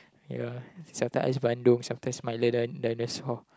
ya sometimes ice bandung sometimes milo milo dinosaur